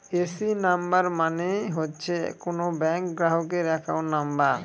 AC number মানে হচ্ছে কোনো ব্যাঙ্ক গ্রাহকের একাউন্ট নাম্বার